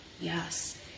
yes